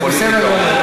זה בסדר גמור.